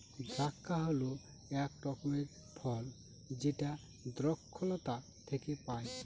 দ্রাক্ষা হল এক রকমের ফল যেটা দ্রক্ষলতা থেকে পায়